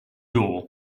door